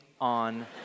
on